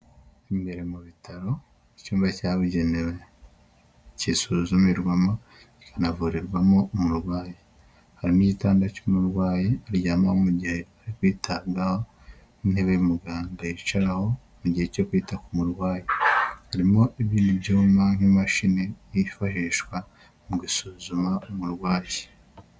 Imbere mu bitaro icyumba cyabugenewe kisuzumirwamo kikanavurirwamo umurwayi, harimo igitanda cy'umurwayi aryama mu gihe Ari kwitabwaho, intebe muganga yicaraho mu gihe cyo kwita ku murwayi. Harimo ibindi byuma nk'imashini yifashishwa mu gusuzuma umurwayi.